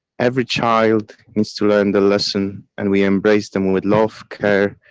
every child needs to learn their lessons and we embrace them with love, care,